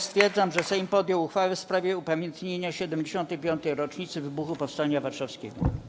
Stwierdzam, że Sejm podjął uchwałę w sprawie upamiętnienia 75. rocznicy wybuchu Powstania Warszawskiego.